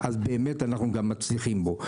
אנחנו מצליחים בו.